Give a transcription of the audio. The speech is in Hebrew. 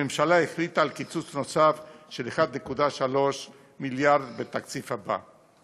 הממשלה החליטה על קיצוץ נוסף של 1.3 מיליארד בתקציב הבא.